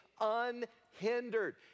unhindered